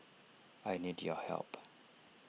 I need your help